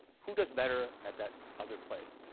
who does better at that other place?